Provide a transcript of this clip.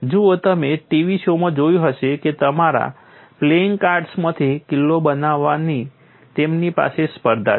જુઓ તમે TV શોમાં જોયું હશે કે તમારા પ્લેઇંગ કાર્ડ્સમાંથી કિલ્લો બનાવવાની તેમની પાસે સ્પર્ધા છે